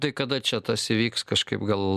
tai kada čia tas įvyks kažkaip gal